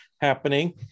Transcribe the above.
happening